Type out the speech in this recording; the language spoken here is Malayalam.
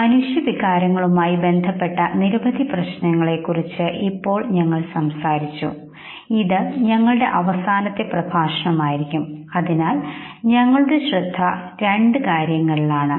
മനുഷ്യ വികാരങ്ങളുമായി ബന്ധപ്പെട്ട നിരവധി പ്രശ്നങ്ങളെക്കുറിച്ച് ഇപ്പോൾ ഞങ്ങൾ സംസാരിച്ചു ഇത് ഞങ്ങളുടെ അവസാന പ്രഭാഷണമായിരിക്കും അതിനാൽ ഞങ്ങളുടെ ശ്രദ്ധ രണ്ട് കാര്യങ്ങളിലായിരിക്കും